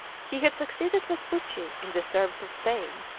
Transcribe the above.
he had succeeded vespucci in the service of spain,